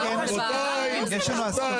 דברו, יש לנו עוד